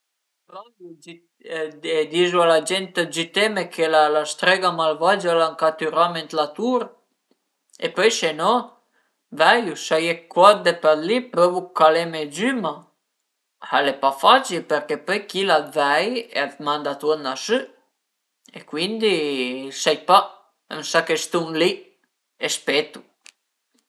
Dizu a la gent dë giüteme che la strega malvagia al a catürame ën la tur e pöi se no veiu, s'a ie d'corde për li prövu a caleme giü, ma al e pa facil perché pöi chila a t'vei e a t'manda turna sü e cuindi sai pa, m'sa che stun li e spetu